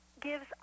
gives